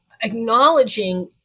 acknowledging